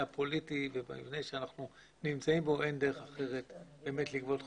הפוליטי שבו אנחנו נמצאים בו אין דרך אחרת לגבות חובות.